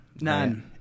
None